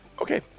okay